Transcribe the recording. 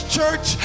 Church